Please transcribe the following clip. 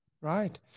right